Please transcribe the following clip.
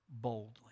boldly